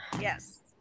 Yes